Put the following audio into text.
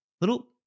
little